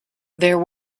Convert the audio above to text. there